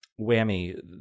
whammy